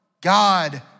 God